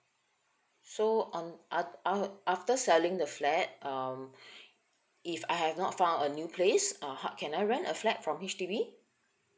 so on af~ af~ after selling the flat um if I have not found a new place uh can I rent a flat from H_D_B